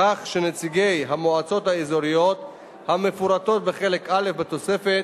כך שנציגי המועצות האזוריות המפורטות בחלק א' בתוספת